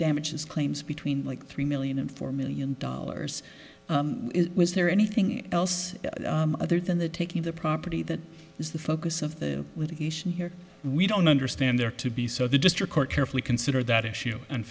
his claims between like three million and four million dollars was there anything else other than the taking the property that is the focus of the here we don't understand there to be so the district court carefully considered that issue and